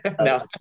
No